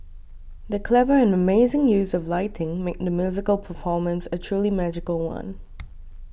the clever and amazing use of lighting made the musical performance a truly magical one